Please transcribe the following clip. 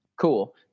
cool